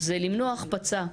זה למנוע החפצה.